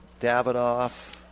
Davidoff